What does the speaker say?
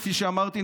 כפי שאמרתי,